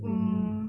mm